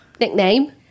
Nickname